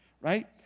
right